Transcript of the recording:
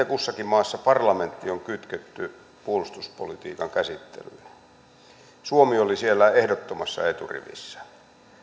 kussakin maassa parlamentti on kytketty puolustuspolitiikan käsittelyyn suomi oli siellä ehdottomassa eturivissä ja